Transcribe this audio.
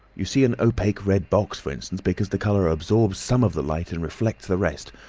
you see an opaque red box, for instance, because the colour absorbs some of the light and reflects the rest,